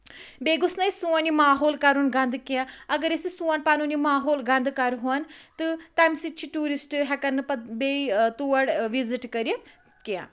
بیٚیہِ گوٚژھ نہٕ أسۍ سون یہِ ماحول کَرُن گَنٛدٕ کینٛہہ اَگر أسۍ یہِ سون پَنُن یہ ماحول گَنٛدٕ کَرہون تہٕ تمہِ سۭتۍ چھِ ٹیورسٹ ہیٚکَن نہٕ پَتہٕ بیٚیہِ تور وِزِٹ کٔرِتھ کینٛہہ